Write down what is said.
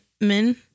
men